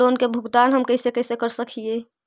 Loan के भुगतान हम कैसे कैसे कर सक हिय?